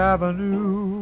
Avenue